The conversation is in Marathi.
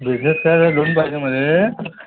बिझनेस करायला लोन पाहिजे मला